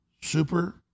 Super